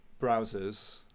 browsers